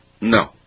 No